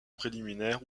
préliminaire